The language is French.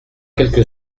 quelque